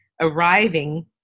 arriving